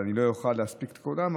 לא אוכל להספיק את כולן,